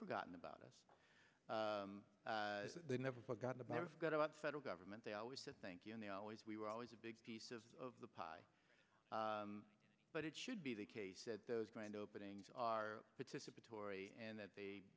forgotten about us they never forgot about federal government they always said thank you and they always we were always a big piece of the pie but it should be the case that those grand openings are participatory and that they